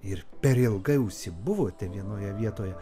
ir per ilgai užsibuvote vienoje vietoje